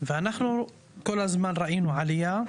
ואנחנו כל הזמן ראינו עלייה.